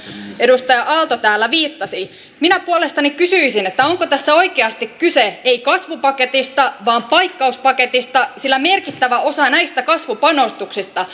edustaja aalto täällä viittasi minä puolestani kysyisin onko tässä oikeasti kyse ei kasvupaketista vaan paikkauspaketista sillä merkittävä osa näistä kasvupanostuksista